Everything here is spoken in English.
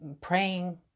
praying